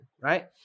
right